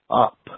up